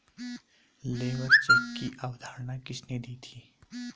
Labour check की अवधारणा किसने दी थी?